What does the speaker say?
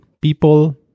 people